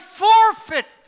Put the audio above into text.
forfeit